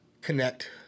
connect